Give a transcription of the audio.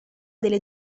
delle